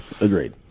Agreed